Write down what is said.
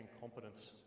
competence